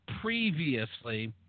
previously